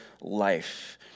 life